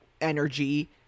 energy